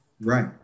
Right